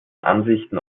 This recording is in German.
ansichten